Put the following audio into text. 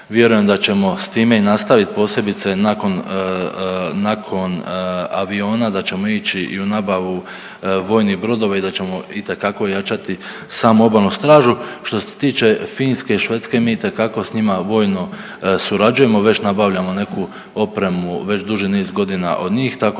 vjerujem da ćemo s time i nastavit, posebice nakon, nakon aviona da ćemo ići i u nabavu vojnih brodova i da ćemo itekako ojačati samu obalnu stražu. Što se tiče Finske i Švedske mi itekako s njima vojno surađujemo, već nabavljamo neku opremu, već duži niz godina od njih, tako